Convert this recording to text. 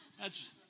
thats